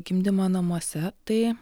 gimdymą namuose tai